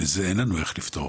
את זה אין לנו איך לפתור.